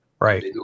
Right